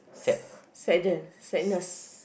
sadder sadness